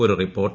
ഒരു റിപ്പോർട്ട്